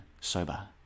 Sober